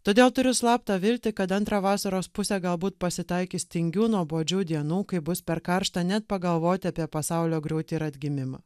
todėl turiu slaptą viltį kad antrą vasaros pusę galbūt pasitaikys tingių nuobodžių dienų kai bus per karšta net pagalvoti apie pasaulio griūtį ir atgimimą